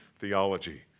theology